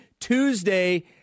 Tuesday